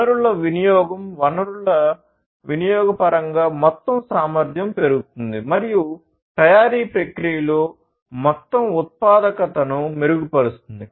వనరుల వినియోగం వనరుల వినియోగం పరంగా మొత్తం సామర్థ్యం పెరుగుతుంది మరియు తయారీ ప్రక్రియలో మొత్తం ఉత్పాదకతను మెరుగుపరుస్తుంది